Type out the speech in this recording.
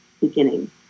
beginning